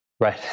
Right